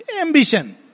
Ambition